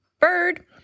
bird